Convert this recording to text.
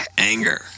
Anger